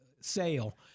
sale